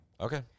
okay